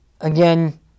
Again